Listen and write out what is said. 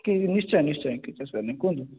ନିଶ୍ଚୟ ନିଶ୍ଚୟ କିଛି ଅସୁବିଧା ନାହିଁ କୁହନ୍ତୁ